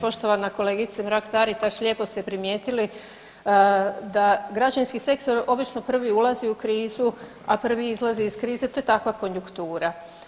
Poštovana kolegice Mrak Taritaš, lijepo ste primijetili da građevinski sektor obično prvi ulazi u krizu, a prvi izlazi iz krize, to je takva konjunktura.